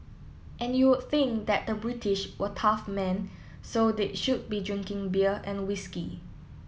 and you would think that the British were tough men so they should be drinking beer and whisky